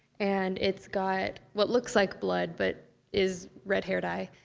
and it's got what looks like blood, but is red hair dye